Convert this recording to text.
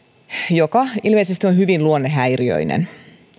joka ilmeisesti oli hyvin luonnehäiriöinen